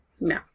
No